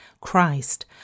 Christ